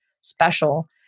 special